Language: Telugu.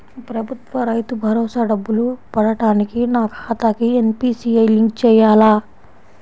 ప్రభుత్వ రైతు భరోసా డబ్బులు పడటానికి నా ఖాతాకి ఎన్.పీ.సి.ఐ లింక్ చేయాలా?